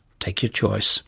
take your choice